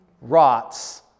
rots